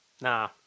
Nah